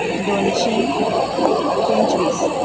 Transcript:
दोनशीं पंचवीस